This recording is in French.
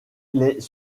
les